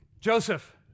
Joseph